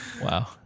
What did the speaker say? Wow